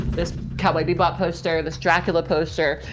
this cowboy bebop poster, this dracula poster,